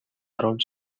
around